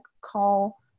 call